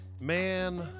man